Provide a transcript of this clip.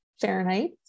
Fahrenheit